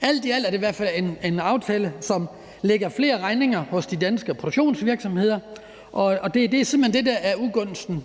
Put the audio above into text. Alt i alt er det i hvert fald en aftale, som lægger flere regninger hos de danske produktionsvirksomheder, og det er simpelt hen det, der er ugunsten